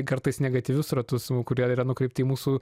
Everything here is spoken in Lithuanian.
kartais negatyvius ratus kurie yra nukreipti į mūsų